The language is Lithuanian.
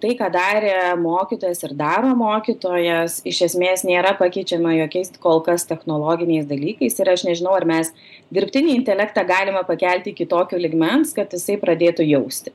tai ką darė mokytojas ir daro mokytojas iš esmės nėra pakeičiama jokiais kol kas technologiniais dalykais ir aš nežinau ar mes dirbtinį intelektą galima pakelti iki tokio lygmens kad jisai pradėtų jausti